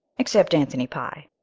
except anthony pye.